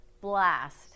blast